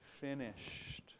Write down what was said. finished